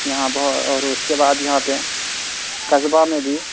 یہاں بہو اور اس کے بعد یہاں پہ قصبہ میں بھی